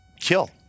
kill